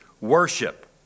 worship